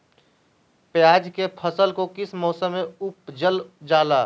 प्याज के फसल को किस मौसम में उपजल जाला?